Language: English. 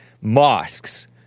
mosques